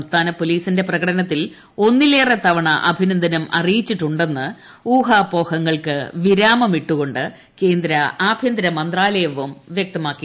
സംസ്ഥാന പൊലീസിന്റെ പ്രകടനത്തിൽ ഒന്നിലേറെ തവണ അഭിനന്ദനം അറിയിച്ചിട്ടുണ്ടെന്ന് ഊഹാപോഹങ്ങൾക്ക് വിരാമം ഇട്ടുകൊണ്ട് കേന്ദ്ര ആഭ്യന്തരമന്ത്രാലയവും വ്യക്തമാക്കി